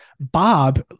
Bob